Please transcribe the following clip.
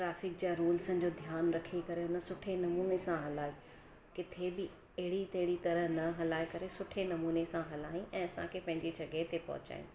traffic जा रूल्सनि जो ध्यानु रखे करे उन सुठे नमूने सां हलाई किथे बि एड़ी टेड़ी तरह न हलाए करे सुठे नमूने सां हलायाईं ऐं असांखे पंहिंजे जॻहि ते पहुचायाईं